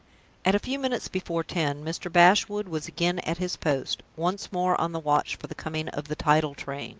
at a few minutes before ten, mr. bashwood was again at his post, once more on the watch for the coming of the tidal train.